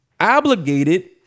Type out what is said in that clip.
obligated